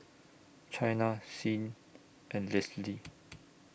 Chyna Sing and Lisle